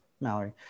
Mallory